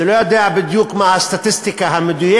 אני לא יודע בדיוק מה הסטטיסטיקה המדויקת,